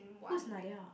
who is Nadia